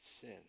sin